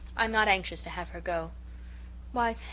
i am not anxious to have her go why,